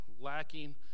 lacking